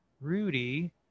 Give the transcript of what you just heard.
rudy